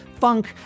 funk